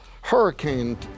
hurricane